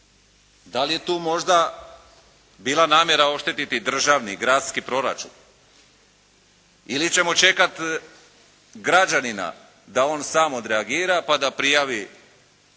Da li je tu možda bila namjera oštetiti državni, gradski proračun? Ili ćemo čekati građanina da on sam odreagira pa da prijavi